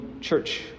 church